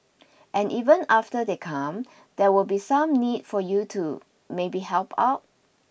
and even after they come there will be some need for you to maybe help out